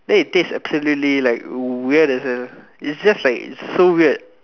then it taste absolutely like weird as a its just like so weird